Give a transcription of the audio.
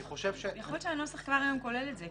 יכול להיות שהנוסח כאן היום כולל את זה,